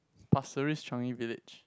pasir ris Changi-Village